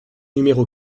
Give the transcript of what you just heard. numéro